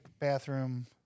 bathroom